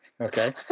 okay